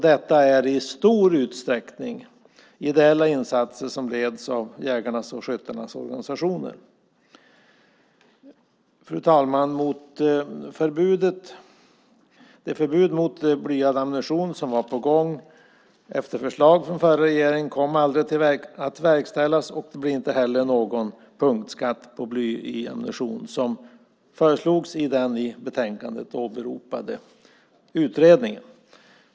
Detta är i stor utsträckning ideella insatser som leds av jägarnas och skyttarnas organisationer. Fru talman! Det förbud mot blyad ammunition som var på gång efter förslag från den förra regeringen kom aldrig att verkställas. Det blir inte heller någon punktskatt på bly i ammunition, vilket föreslogs i den i betänkandet åberopade utredningen.